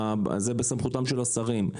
זה בסמכותם של השרים.